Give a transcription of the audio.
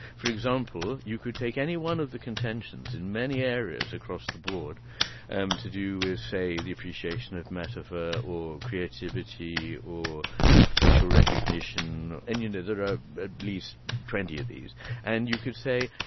for example, you could take any one of the contentions in many areas across the board um to do with, say, the appreciation of metaphor or creativity or facial recognition. and, you know, there are at least twenty of these and you could say,